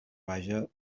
vaja